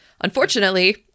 Unfortunately